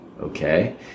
Okay